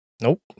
Nope